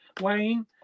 Wayne